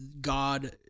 God